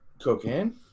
Cocaine